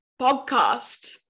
podcast